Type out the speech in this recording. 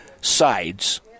sides